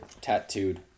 tattooed